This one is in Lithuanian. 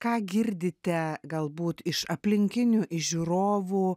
ką girdite galbūt iš aplinkinių žiūrovų